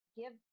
give